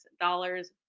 dollars